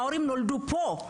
ההורים נולדו פה.